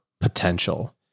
potential